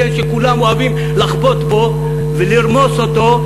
שכולם אוהבים לחבוט בו ולרמוס אותו,